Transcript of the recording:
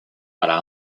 para